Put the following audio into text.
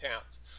towns